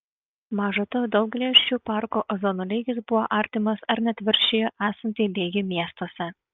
maža to daugelyje šių parkų ozono lygis buvo artimas ar net viršijo esantį lygį miestuose